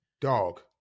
Dog